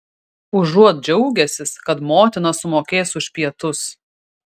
užuot džiaugęsis kad motina sumokės už pietus